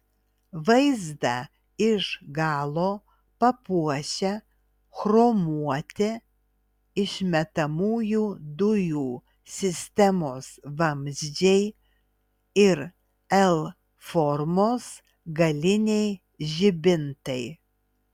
vaizdą iš galo papuošia chromuoti išmetamųjų dujų sistemos vamzdžiai ir l formos galiniai žibintai